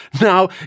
now